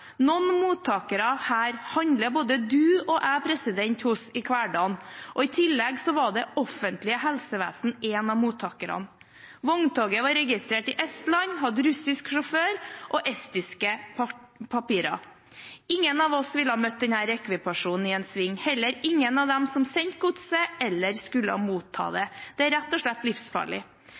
Noen mottakere handler både du og jeg hos i hverdagen, og i tillegg var det offentlige helsevesen en av mottakerne. Vogntoget var registrert i Estland, hadde russisk sjåfør og estiske papirer. Ingen av oss ville ha møtt denne ekvipasjen i en sving – ei heller noen av dem som sendte godset, eller som skulle motta det. Det var rett og slett livsfarlig.